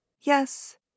Yes